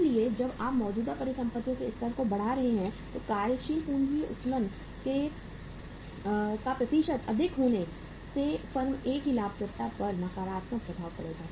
इसलिए जब आप मौजूदा परिसंपत्तियों के स्तर को बढ़ा रहे हैं तो कार्यशील पूंजी उत्तोलन का प्रतिशत अधिक होने से फर्म A की लाभप्रदता पर नकारात्मक प्रभाव पड़ेगा